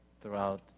throughout